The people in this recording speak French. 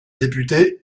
députée